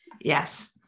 yes